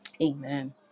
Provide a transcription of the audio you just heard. amen